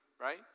right